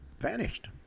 vanished